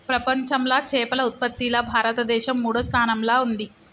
ప్రపంచంలా చేపల ఉత్పత్తిలా భారతదేశం మూడో స్థానంలా ఉంది